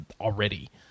already